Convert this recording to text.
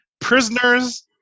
Prisoners